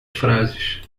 frases